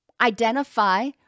identify